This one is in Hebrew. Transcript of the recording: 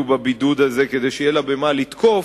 בבידוד הזה כדי שיהיה לה במה לתקוף,